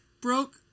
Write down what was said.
Broke